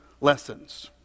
Lessons